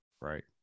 right